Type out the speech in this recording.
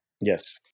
Yes